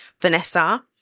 Vanessa